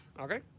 Okay